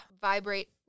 vibrate